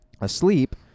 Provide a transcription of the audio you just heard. asleep